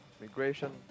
Migration